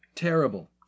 Terrible